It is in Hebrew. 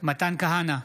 מתן כהנא,